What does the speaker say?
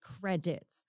credits